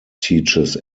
teaches